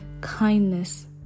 kindness